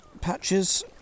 patches